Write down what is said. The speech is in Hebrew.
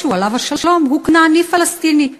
ישו עליו השלום הוא כנעני פלסטיני.